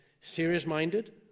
serious-minded